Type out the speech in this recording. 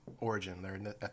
origin